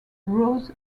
rose